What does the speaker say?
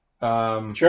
Sure